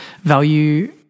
value